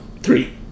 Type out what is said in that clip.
three